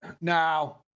Now